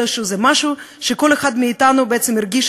אלא זה משהו שכל אחד מאתנו בעצם הרגיש